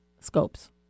scopes